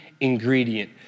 ingredient